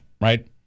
right